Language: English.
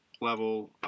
level